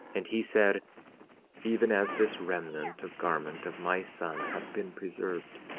and he said even as this remnant of garment of my son hath been preserved,